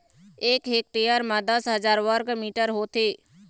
एक हेक्टेयर म दस हजार वर्ग मीटर होथे